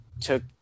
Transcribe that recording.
took